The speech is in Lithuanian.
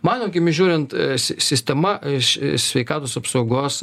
mano akimis žiūrint sistema iš sveikatos apsaugos